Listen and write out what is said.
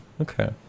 okay